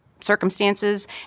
circumstances